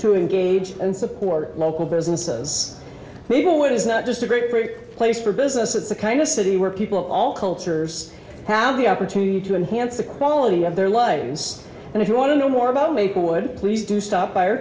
to engage and support local businesses people which is not just a great great place for business it's a kind of city where people all cultures have the opportunity to enhance the quality of their life and if you want to know more about maplewood please do stop by